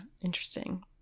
interesting